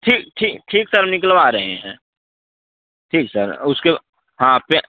ठीक ठीक ठीक सर निकलवा रहे हैं ठीक सर उसके हाँ पेन